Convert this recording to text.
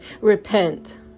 Repent